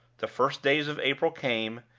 the first days of april came,